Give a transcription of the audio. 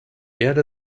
erde